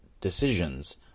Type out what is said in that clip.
decisions